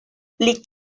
pli